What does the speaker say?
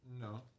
No